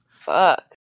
Fuck